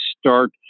start